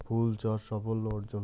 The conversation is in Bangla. ফুল চাষ সাফল্য অর্জন?